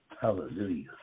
Hallelujah